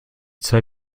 zwei